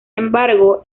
embargo